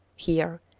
here,